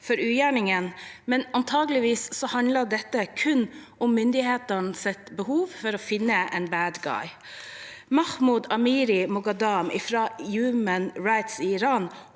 for ugjerningene, men antakelig handler det kun om myndighetenes behov for å finne en «bad guy». Mahmood Amiry-Moghaddam fra Iran Human Rights håper